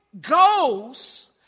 goes